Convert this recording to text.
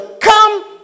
come